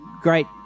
great